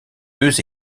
deux